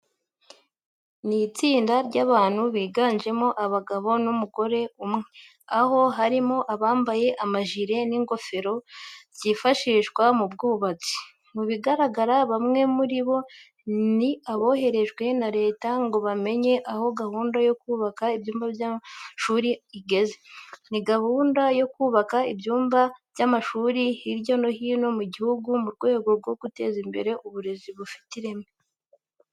Ni itsinda ry'abantu biganjemo abagabo n'umugore umwe, aho harimo abambaye amajire n'ingofero byifashishwa mu bwubatsi. Mu bigaragara bamwe muri bo ni aboherejwe na Leta ngo bamenye aho gahunda yo kubaka ibyumba by'amashuri igeze. Ni gahunda yo kubaka ibyumba by'amashuri hirya no hino mu gihugu mu rwego rwo guteza imbere uburezi bufite ireme.